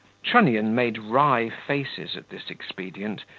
trunnion made wry faces at this expedient,